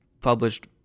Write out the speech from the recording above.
published